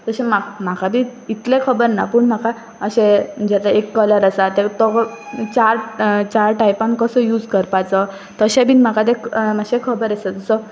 तशें म्हाका म्हाका बी इतलें खबर ना पूण म्हाका अशें जें आतां एक कलर आसा ते तो चार चार टायपान कसो यूज करपाचो तशें बीन म्हाका तें मातशें खबर आसा जसो